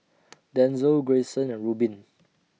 Denzell Greyson and Rubin